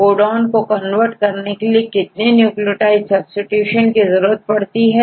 codon को convert करने के लिए कितने न्यूक्लियोटाइड सब्सीट्यूशन की जरूरत पड़ती है